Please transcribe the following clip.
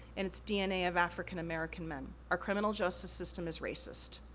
and it's dna of african american men. our criminal justice system is racist,